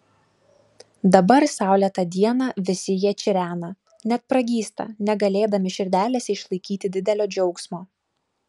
dabar saulėtą dieną visi jie čirena net pragysta negalėdami širdelėse išlaikyti didelio džiaugsmo